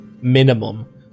minimum